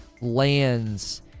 lands